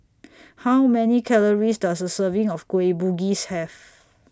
How Many Calories Does A Serving of Kueh Bugis Have